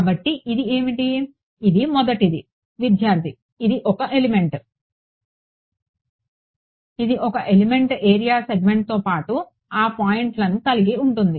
కాబట్టి ఇది ఏమిటి ఇది మొదటిది విద్యార్థి ఇది ఒక ఎలిమెంట్ ఏరియా సెగ్మెంట్తో పాటు ఆ పాయింట్లను కలిగి ఉంటుంది